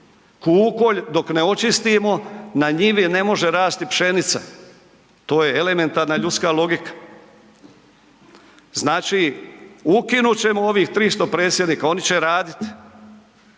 Kukolj dok ne očistimo na njivi ne može rasti pšenica, to je elementarna ljudska logika. Znači, ukinut ćemo ovih 300 predsjednika, oni će raditi,